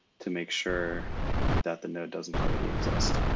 to make sure that the node doesn't already exist.